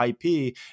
IP